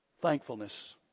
thankfulness